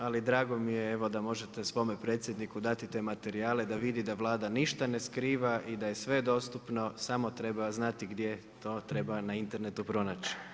Ali drago mi je evo, da možete svome predsjedniku dati te materijale da vidi da Vlada ništa ne skriva i da je sve dostupno, samo treba znati gdje to treba na internetu pronaći.